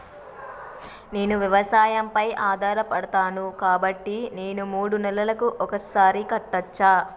నేను వ్యవసాయం పై ఆధారపడతాను కాబట్టి నేను మూడు నెలలకు ఒక్కసారి కట్టచ్చా?